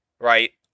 Right